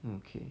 okay